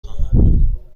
خواهم